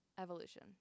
Evolution